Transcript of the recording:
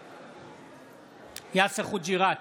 בעד יאסר חוג'יראת,